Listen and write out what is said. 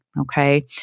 okay